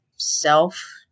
Self